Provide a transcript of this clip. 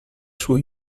suo